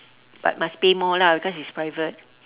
but must pay more lah cause it's private